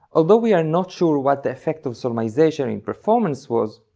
although we are not sure what the effect of solmization in performance was,